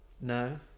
No